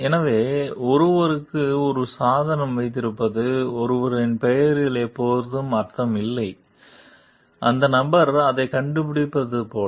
எனவே ஒருவருக்கு ஒரு சாதனம் வைத்திருப்பது ஒருவரின் பெயரில் எப்போதும் அர்த்தம் இல்லை அந்த நபர் அதைக் கண்டுபிடித்ததைப் போல